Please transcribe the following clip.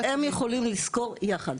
הם יכולים לשכור יחד,